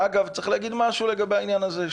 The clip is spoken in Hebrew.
אגב, צריך להגיד משהו לגבי העניין הזה.